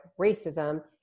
racism